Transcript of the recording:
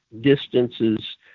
distances